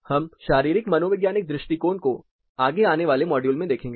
हम शारीरिक मनोवैज्ञानिक दृष्टिकोण को आगे आने वाले मॉड्यूल में देखेंगे